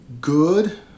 good